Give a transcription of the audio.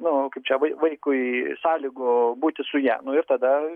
nu kaip čia vai vaikui sąlygų būti su ja nu ir tada